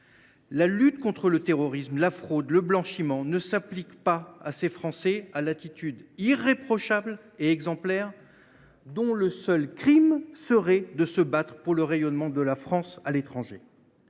La lutte contre le terrorisme, la fraude et le blanchiment ne s’appliquent pas à ces Français à l’attitude irréprochable et exemplaire dont le seul crime serait de se battre pour le rayonnement de la France à l’étranger